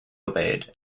obeyed